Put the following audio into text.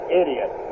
idiot